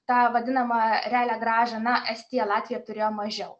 tą vadinamą realią grąžą na estija latvija turėjo mažiau